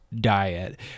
diet